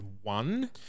one